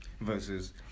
versus